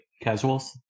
casuals